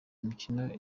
imikino